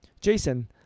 Jason